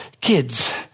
kids